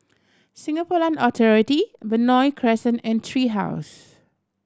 Singapore Land Authority Benoi Crescent and Tree House